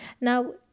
Now